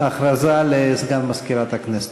הודעה לסגן מזכירת הכנסת.